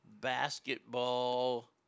basketball